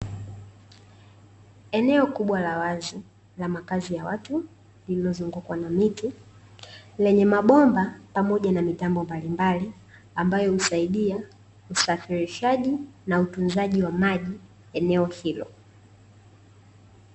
Eneo kubwa la wazi la makazi ya watu, lililozungukwa na miti, lenye mabomba pamoja na mitambo mbalimbali ambayo husaidia usafirishaji na utunzaji wa maji eneo hilo.